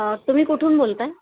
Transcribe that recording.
तुम्ही कुठून बोलताय